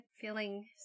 Feeling